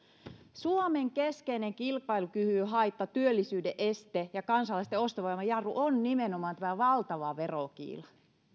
suomen keskeinen kilpailukykyhaitta työllisyyden este ja kansalaisten ostovoiman jarru on nimenomaan tämä valtava verokiila